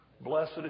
Blessed